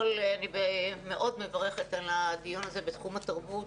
חשוב מאוד לסבר את האוזן לגבי תקופת הסגר